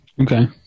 okay